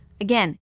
again